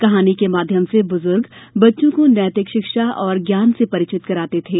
कहानी के माध्यम से ब्जुर्ग बच्चों को नैतिक शिक्षा और ज्ञान से परिचित कराते थे